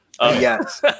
Yes